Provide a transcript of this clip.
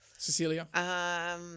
Cecilia